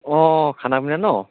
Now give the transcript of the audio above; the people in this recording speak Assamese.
অঁ খানা পিনা ন